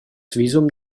visum